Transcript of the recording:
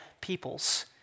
peoples